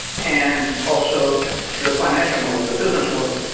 and also the financial motive, the business motive.